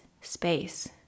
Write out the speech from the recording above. space